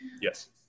yes